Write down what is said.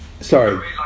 sorry